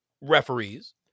referees